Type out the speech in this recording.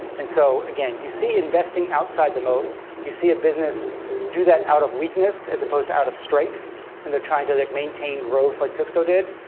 and so again, you see investing outside the moat you see a business do that out of weakness as opposed to out of strength when they're trying to like maintain growth, like cisco did.